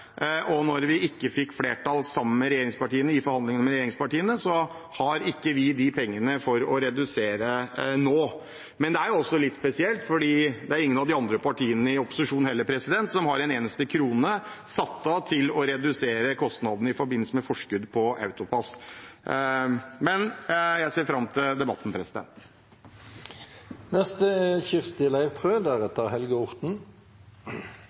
og når vi ikke fikk flertall sammen med regjeringspartiene i forhandlingene med dem, har vi ikke de pengene for å redusere dette nå. Men det er jo litt spesielt, for det er ingen av de andre partiene i opposisjon heller som har satt av en eneste krone til å redusere kostnadene i forbindelse med forskudd på AutoPass. Jeg ser fram til debatten.